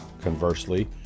conversely